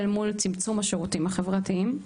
אל מול צמצום השירותים החברתיים.